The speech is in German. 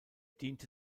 diente